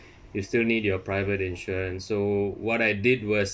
you still need your private insurance so what I did was